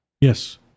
Yes